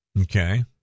Okay